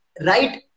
right